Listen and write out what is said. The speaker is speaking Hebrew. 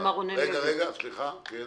פה.